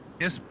Yes